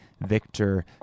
Victor